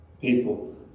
People